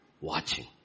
watching